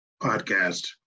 podcast